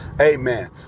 amen